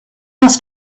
must